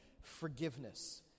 Forgiveness